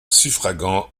suffragants